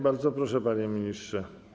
Bardzo proszę, panie ministrze.